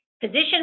position